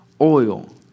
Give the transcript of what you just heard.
oil